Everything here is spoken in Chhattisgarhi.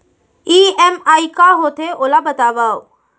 ई.एम.आई का होथे, ओला बतावव